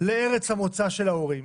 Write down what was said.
לארץ המוצא של ההורים